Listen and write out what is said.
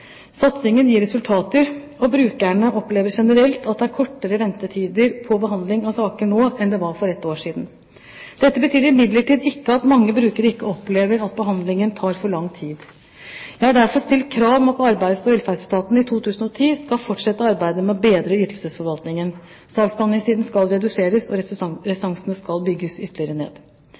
Satsingen gir resultater, og brukerne opplever generelt at det er kortere ventetider på behandling av saker nå enn det var for ett år siden. Dette betyr imidlertid ikke at mange brukere ikke opplever at behandlingen tar for lang tid. Jeg har derfor stilt krav om at Arbeids- og velferdsetaten i 2010 skal fortsette arbeidet med å bedre ytelsesforvaltningen. Saksbehandlingstidene skal reduseres, og restansene skal bygges ytterligere ned.